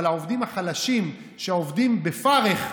אבל העובדים החלשים שעובדים בפרך,